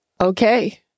Okay